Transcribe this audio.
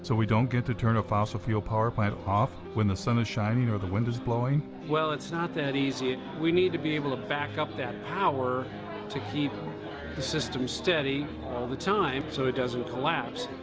so we don't get to turn a fossil fuel power plant off when the sun is shining or the wind is blowing? well, it's not that easy. we need to be able to back up that power to keep the system steady all the time so it doesn't collapse.